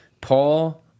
paul